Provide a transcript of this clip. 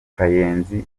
kayenzi